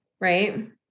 Right